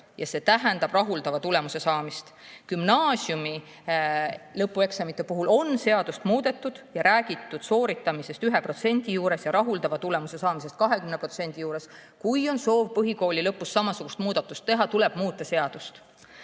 ja see tähendab rahuldava tulemuse saamist. Gümnaasiumi lõpueksamite puhul on seadust muudetud ja räägitud sooritamisest 1% ja rahuldava tulemuse saamisest 20% puhul. Kui on soov põhikooli lõpus samasugust muudatust teha, siis tuleb muuta seadust.